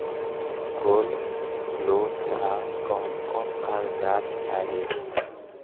Gold loan ला कौन कौन कागजात चाही?